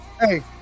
hey